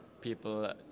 people